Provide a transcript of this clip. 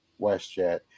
WestJet